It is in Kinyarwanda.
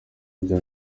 bya